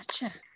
Gotcha